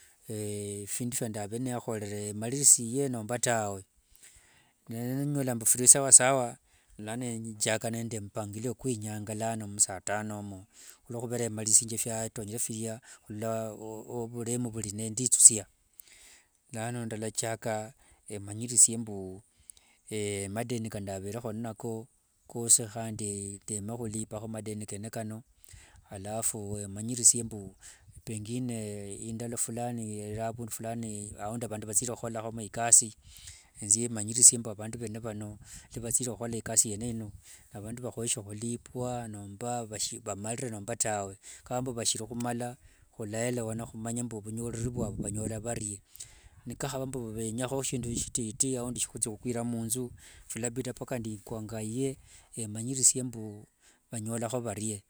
efindu fya ndavere nehorere maririsie nomba tawe nendola mbu firi sawa sawa lano enjakana nde mpangilio kwa inyanga lano musa tano omo hulwohuvera emaririsingia fya tonyere firya hula ovuremu vuri nenditsisia. Lano ndalachaka emanyirisie mbu madeni kandavereho inako kosi handi ndeme hulipaho madeni kene kano alafu emanyirisie mbu pengine indalo fulani ili avundu fulani aundi avandu vatsire huholahomo ikasi enzie manyirisie mbu avandu vene vano ngalwavatsire huhola ikasi yene ino, avandu vahoyeshe hulipwa, nomba vamarire nomba tawe. Kahava mbu vashiri humala hulaelewana humanye mbu vunyoli vwavu vanyola varie. Nikahava mbu venyaho shindu shititi aundi shya hutsia hukwira munzu, vilabida mpaka ndikongaiye emanyirisie mbu banyolaho valie,